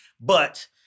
But-